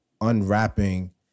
unwrapping